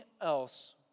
else